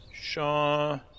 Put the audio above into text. Shaw